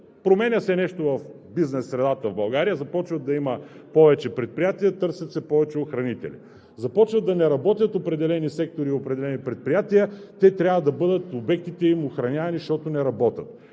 променя се нещо в бизнес средата в България, започва да има повече предприятия, търсят се повече охранителни. Започват да не работят определени сектори и определени предприятия, обектите им трябва да бъдат охранявани, защото не работят